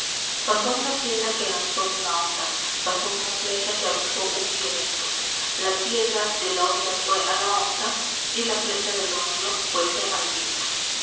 pasó una piedra que lanzó una honda pasó una flecha que aguzó un violento la piedra de la honda fué a la onda y la flecha del odio fuese al viento